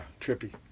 trippy